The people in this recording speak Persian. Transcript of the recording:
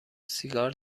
سیگار